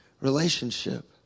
relationship